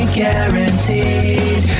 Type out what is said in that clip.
guaranteed